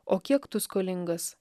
o kiek tu skolingas